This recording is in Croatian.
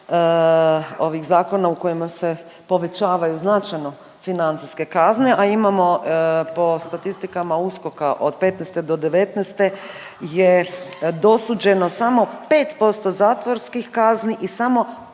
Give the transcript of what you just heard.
ovih zakona u kojima se povećavaju značajno financijske kazne, a imamo po statistikama USKOK-a od petnaeste do devetnaeste je dosuđeno samo 5% zatvorskih kazni i samo